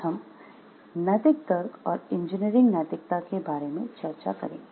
आज हम नैतिक तर्क और इंजीनियरिंग नैतिकता के बारे में चर्चा करेंगे